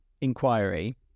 inquiry